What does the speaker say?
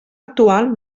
actual